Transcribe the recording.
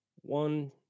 One